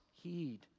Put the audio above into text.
heed